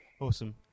Awesome